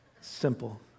Simple